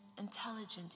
intelligent